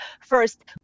first